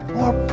more